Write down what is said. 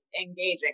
engaging